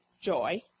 joy